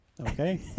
Okay